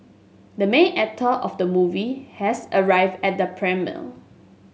the main actor of the movie has arrived at the premiere